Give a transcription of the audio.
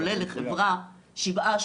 עולה לחברה שבעה,